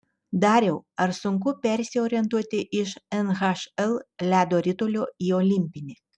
dariau ar sunku persiorientuoti iš nhl ledo ritulio į olimpinį